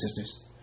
sisters